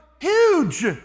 huge